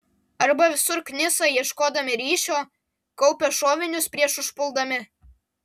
arba visur knisa ieškodami ryšio kaupia šovinius prieš užpuldami